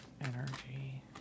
energy